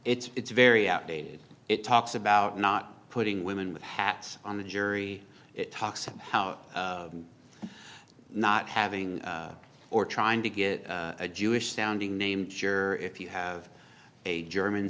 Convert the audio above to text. has it's very outdated it talks about not putting women with hats on the jury it talks about not having or trying to get a jewish sounding name sure if you have a german